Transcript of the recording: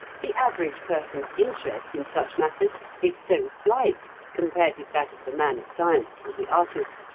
the average person's interest in such matters is so slight, compared with that of the man of science or the artist,